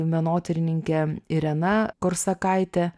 menotyrininkė irena korsakaitė